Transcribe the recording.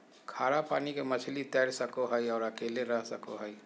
खारा पानी के मछली तैर सको हइ और अकेले रह सको हइ